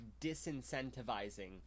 disincentivizing